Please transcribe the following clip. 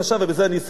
ובזה אני אסיים.